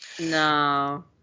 No